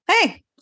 Hey